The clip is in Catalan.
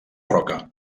roca